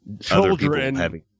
children